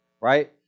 right